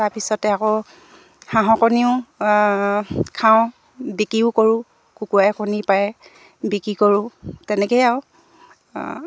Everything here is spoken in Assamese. তাৰপিছতে আকৌ হাঁহৰ কণীও খাওঁ বিক্ৰীও কৰোঁ কুকুুৰাই কণী পাৰে বিক্ৰী কৰোঁ তেনেকেই আৰু